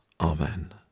Amen